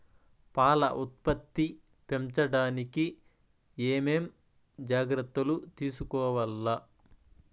పాల ఉత్పత్తి పెంచడానికి ఏమేం జాగ్రత్తలు తీసుకోవల్ల?